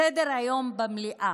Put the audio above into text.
סדר-היום במליאה